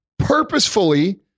purposefully